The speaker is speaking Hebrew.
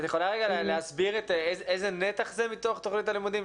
את יכולה רגע להסביר איזה נתח זה מתוך תוכנית הלימודים?